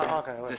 כן.